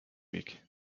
week